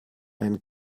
einen